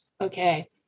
Okay